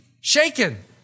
shaken